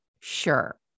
Sure